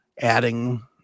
adding